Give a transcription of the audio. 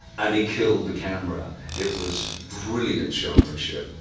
and he killed the camera, it was brilliant showmanship.